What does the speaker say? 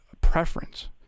preference